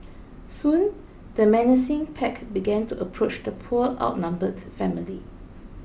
soon the menacing pack began to approach the poor outnumbered family